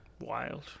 Wild